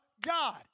God